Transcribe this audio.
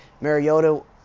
Mariota